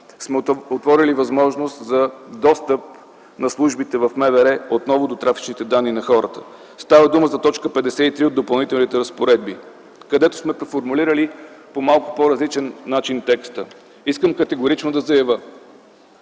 сме отворили възможност за достъп на службите в МВР отново до трафичните данни на хората. Става дума за т. 53 от Допълнителните разпоредби, където сме преформулирали по малко по-различен начин текста. Искам категорично да заявя,